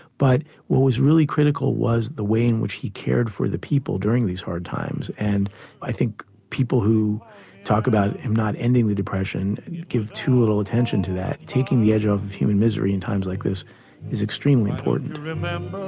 but what was really critical was the way in which he cared for the people during these hard times, and i think people who talk about him not ending the depression give too little attention to that, taking the edge ah off human misery in times like this is extremely important.